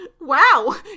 wow